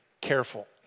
careful